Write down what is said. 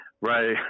Right